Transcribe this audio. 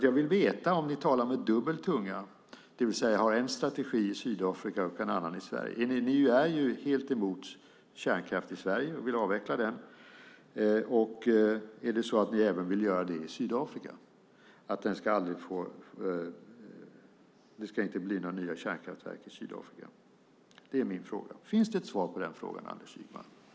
Jag vill veta om ni talar med dubbel tunga, det vill säga har en strategi i Sydafrika och en annan i Sverige. Ni är ju helt emot kärnkraft i Sverige och vill avveckla den. Gäller det även Sydafrika? Vill ni att det inte ska bli några nya kärnkraftverk i Sydafrika? Finns det ett svar på den frågan, Anders Ygeman?